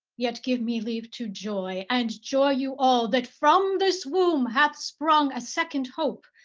yet give me leave to joy, and joy you all, that from this womb hath sprung a second hope,